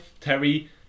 Terry